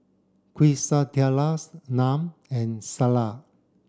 Quesadillas Naan and Salsa